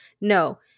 No